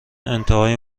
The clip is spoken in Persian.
انتهای